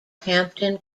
hampton